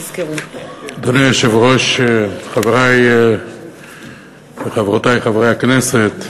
אדוני היושב-ראש, חברי וחברותי חברי הכנסת,